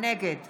נגד